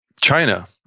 China